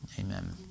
Amen